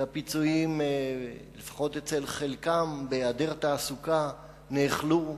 והפיצויים, לפחות אצל חלקם, בהעדר תעסוקה, נאכלו,